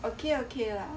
okay okay lah